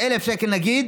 1,000 שקל נגיד,